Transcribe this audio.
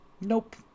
nope